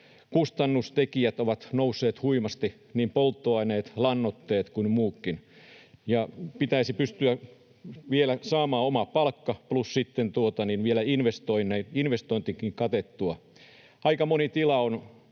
kustannustekijät ovat nousseet huimasti — niin polttoaineet, lannoitteet kuin muutkin — ja pitäisi pystyä vielä saamaan oma palkka plus sitten kattamaan investoinnitkin. Aika moni tila,